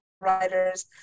writers